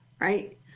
right